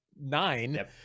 nine